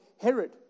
Herod